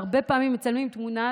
אלא הרבה פעמים מצלמים תמונה,